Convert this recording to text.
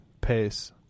pace